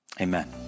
Amen